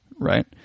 right